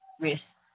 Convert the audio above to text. risk